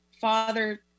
father